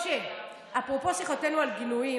משה, אפרופו שיחתנו על גינויים